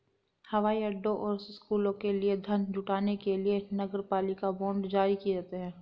हवाई अड्डों और स्कूलों के लिए धन जुटाने के लिए नगरपालिका बांड जारी किए जाते हैं